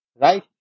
right